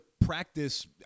practice